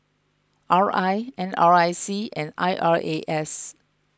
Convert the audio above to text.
R I N R I C and I R A S